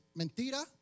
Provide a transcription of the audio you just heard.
mentira